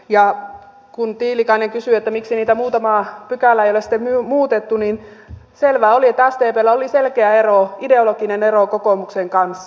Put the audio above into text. ja kun tiilikainen kysyi miksi niitä muutamaa pykälää ei ole sitten muutettu niin selvää oli että sdpllä oli selkeä ero ideologinen ero kokoomuksen kanssa